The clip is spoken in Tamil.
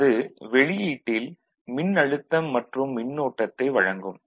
அது வெளியீட்டில் மின்னழுத்தம் மற்றும் மின்னோட்டத்தை வழங்கும்